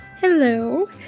Hello